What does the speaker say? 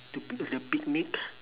to be the picnic